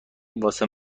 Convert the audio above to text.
واسه